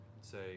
Say